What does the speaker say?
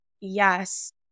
yes